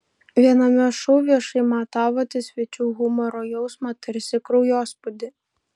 viename šou viešai matavote svečių humoro jausmą tarsi kraujospūdį